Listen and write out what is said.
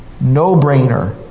no-brainer